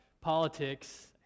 politics